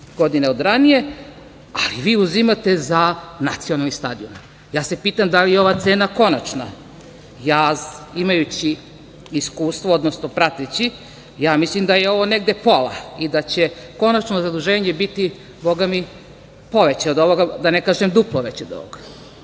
godine od ranije, ali vi uzimate za nacionalni stadion. Pitam se da li je ova cena konačna? Imajući iskustvo, odnosno prateći, mislim da je ovo negde pola i da će konačno zaduženje biti bogami poveće od ovoga, da ne kažem duplo veće od ovoga. Mislim